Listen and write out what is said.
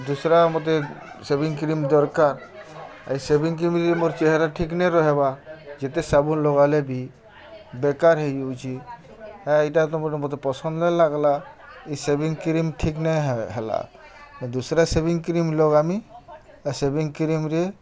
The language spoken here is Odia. ଦୁସ୍ରା ଆଉ ମତେ ସେଭିଂ କ୍ରିମ୍ ଦର୍କାର୍ ଆଉ ସେଭିଂ କ୍ରିମ୍ରେ ମୋର୍ ଚେହେରା ଠିକ୍ ନାଇ ରହେବାର୍ ଯେତେ ସାବୁନ୍ ଲଗାଲେ ବି ବେକାର୍ ହେଇଯାଉଛେ ଆର୍ ଇ'ଟା ତ ମୋର୍ ମତେ ପସନ୍ଦ୍ ନାଇ ଲାଗ୍ଲା ଇ ସେଭିଂ କ୍ରିମ୍ ଠିକ୍ ନାଇ ହେଲା ଦୁସ୍ରା ସେଭିଂ କ୍ରିମ୍ ଲଗାମି ଆର୍ ସେଭିଂ କ୍ରିମ୍ରେ